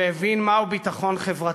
והבין מהו ביטחון חברתי.